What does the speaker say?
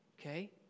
Okay